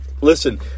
listen